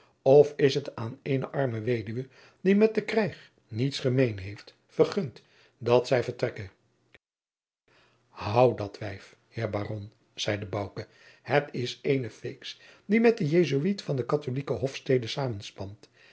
of is het aan eene arme weduwe die met den krijg niets gemeens heeft vergund dat zij vertrekke houd dat wijf heer baron zeide bouke het is eene feeks die met den jesuit van de katholijke hofstede